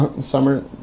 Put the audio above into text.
summer